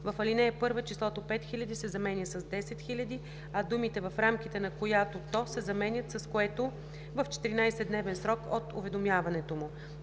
В ал. 1 числото „5000“ се заменя с „10 000“, а думите „в рамките на която то“ се заменят с „което в 14-дневен срок от уведомяването му“.